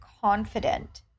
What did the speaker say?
confident